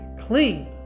clean